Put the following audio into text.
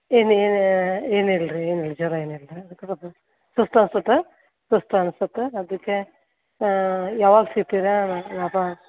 ಏನು ಏನೇ ಏನಿಲ್ಲ ರೀ ಏನಿಲ್ಲ ಜ್ವರ ಏನಿಲ್ಲ ರೀ ಅದ್ಕೆ ಸಲ್ಪ ಸುಸ್ತು ಅನ್ಸುತ್ತೆ ಸುಸ್ತು ಅನ್ಸುತ್ತೆ ಅದಕ್ಕೆ ಯಾವಾಗ ಸಿಗ್ತೀರಾ ಅಪಾ